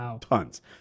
tons